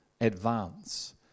advance